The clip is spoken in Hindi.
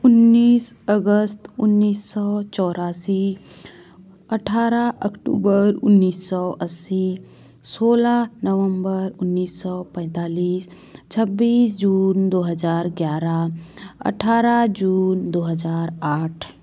उन्नीस अगस्त उन्नीस सौ चोरासी अठारह अक्टूबर उन्नीस सौ अस्सी सोलह नवंबर उन्नीस सौ पैंतालीस छब्बीस जून दो हजार ग्यारह अठारह जून दो हजार आठ